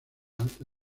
alta